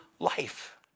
Life